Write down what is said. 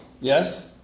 Yes